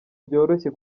byoroshye